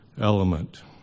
element